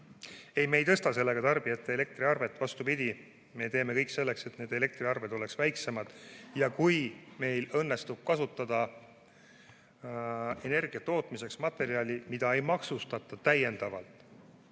ei suurenda sellega tarbijate elektriarvet, vastupidi, me teeme kõik selleks, et nende elektriarved oleksid väiksemad. Kui meil õnnestub kasutada energia tootmiseks materjali, mida ei maksustata täiendavalt